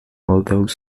although